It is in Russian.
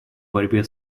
борьбе